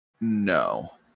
no